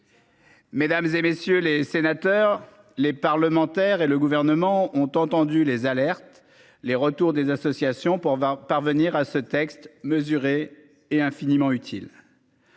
Mesdames, et messieurs les sénateurs, les parlementaires et le gouvernement ont entendu les alertes, les retours des associations pour parvenir à ce texte mesurer et infiniment utile.